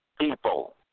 people